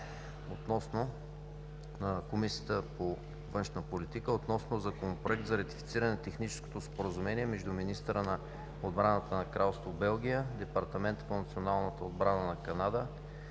на Комисията по външна политика относно Законопроект за ратифициране на Техническото споразумение между министъра на отбраната на Кралство Белгия, Департамента по националната отбрана на Канада,